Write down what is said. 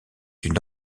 une